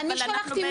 רק לנקודה,